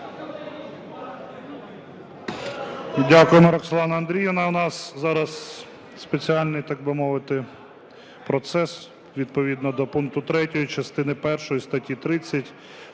Дякую, Роксолано Андріївно. У нас зараз спеціальний, так би мовити, процес. Відповідно до пункту 3 частини першої статті 30,